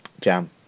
jam